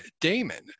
Damon